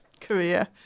career